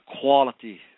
quality